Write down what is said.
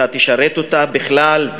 אתה תשרת אותה בכלל,